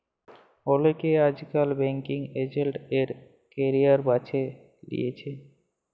অলেকে আইজকাল banking agent এর ক্যারিয়ার বাছে লিছে